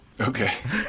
okay